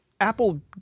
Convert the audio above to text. Apple